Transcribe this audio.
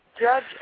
judge